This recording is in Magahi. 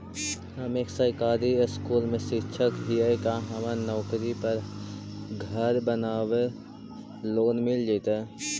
हम एक सरकारी स्कूल में शिक्षक हियै का हमरा नौकरी पर घर बनाबे लोन मिल जितै?